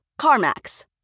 CarMax